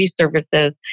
Services